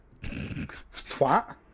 Twat